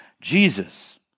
Jesus